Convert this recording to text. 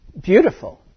Beautiful